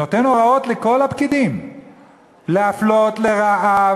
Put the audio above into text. נותן הוראות לכל הפקידים להפלות לרעה,